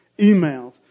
emails